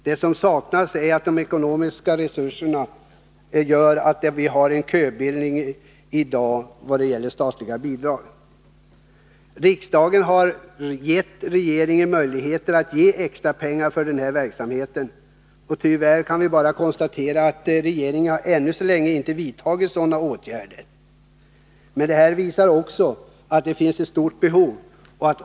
Det som saknas är de ekonomiska resurserna, vilket gör att vi i dag har en köbildning vad gäller statliga bidrag. Riksdagen har givit regeringen möjligheter att anslå extra pengar för den här verksamheten. Tyvärr kan vi bara konstatera att regeringen ännu inte vidtagit sådana åtgärder. Det visar också att det finns ett stort behov.